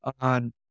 on